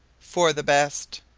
for the best.